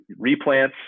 replants